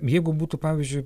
jeigu būtų pavyzdžiui